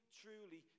truly